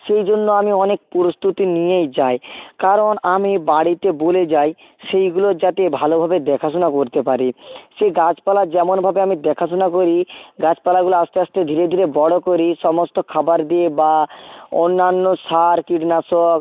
সেই জন্য আমি অনেক প্রস্তুতি নিয়েই যাই কারণ আমি বাড়িতে বলে যাই সেইগুলোর যাতে ভালোভাবে দেখাশুনা করতে পারে সেই গাছপালার যেমনভাবে আমি দেখাশুনা করি গাছপালাগুলো আস্তে আস্তে ধীরে ধীরে বড় করি সমস্ত খাবার দিয়ে বা অন্যান্য সার কীটনাশক